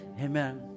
Amen